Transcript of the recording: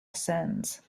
ascends